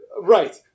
Right